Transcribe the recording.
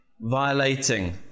violating